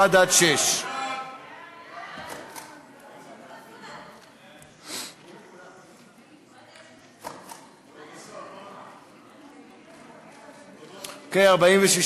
1 6. סעיפים 1 6 נתקבלו.